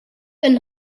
een